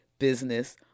business